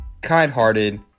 kind-hearted